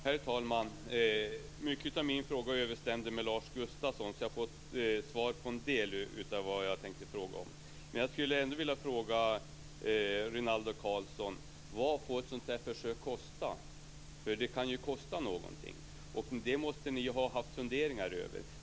Herr talman! Mycket av min fråga överensstämde med Lars Gustafssons, så jag har fått svar på en del av det jag tänkte fråga om. Men jag skulle ändå vilja fråga Rinaldo Karlsson: Vad får ett sådant här försök kosta? Det kan ju kosta någonting, och det måste ni ha haft funderingar över.